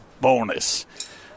bonus